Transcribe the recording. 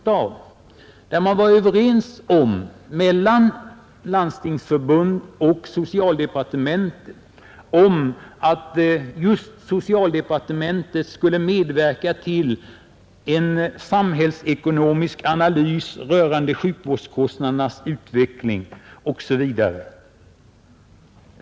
I punkten 4 i denna PM träffades överenskommelse mellan Landstingsförbundet och socialdepartementet om att departementet skulle medverka till en samhällsekonomisk analys rörande sjukvårdskostnadernas utveckling.